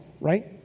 right